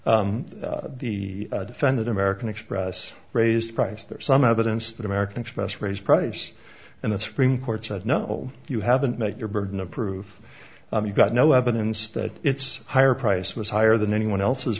because the defendant american express raised price there's some evidence that american express raised price and the supreme court said no you haven't made your burden of proof you've got no evidence that it's higher price was higher than anyone else's